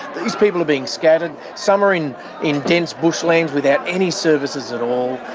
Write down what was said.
these people are being scattered, some are in in dense bushlands without any services at all.